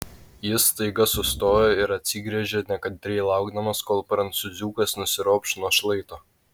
jis staiga sustojo ir atsigręžė nekantriai laukdamas kol prancūziukas nusiropš nuo šlaito